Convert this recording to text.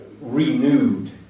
renewed